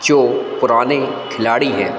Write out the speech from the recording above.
जो पुराने खिलाड़ी हैं